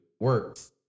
works